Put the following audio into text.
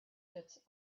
fits